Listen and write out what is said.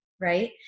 right